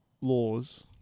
laws